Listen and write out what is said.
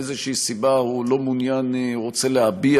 מאיזושהי סיבה הוא לא מעוניין והוא רוצה להביע